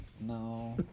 No